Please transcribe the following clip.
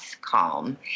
calm